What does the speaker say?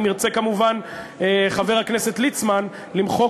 אם ירצה כמובן חבר הכנסת ליצמן למחוק